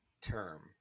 term